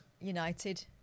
United